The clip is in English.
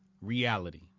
reality